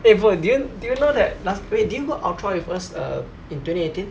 eh bro did you did you know that las~ did you go ultra with us in twenty eighteen